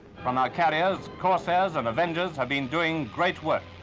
from our carriers, corsairs and avengers have been doing great work.